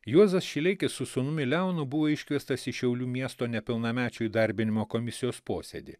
juozas šileikis su sūnumi leonu buvo iškviestas į šiaulių miesto nepilnamečių įdarbinimo komisijos posėdį